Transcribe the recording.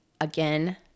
Again